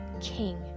King